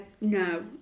no